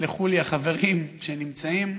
יסלחו לי החברים שנמצאים,